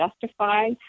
justify